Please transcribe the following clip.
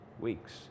weeks